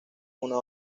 una